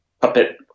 puppet